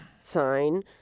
sign